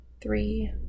three